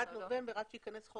עד נובמבר, עד שייכנס החוק.